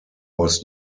was